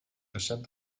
recent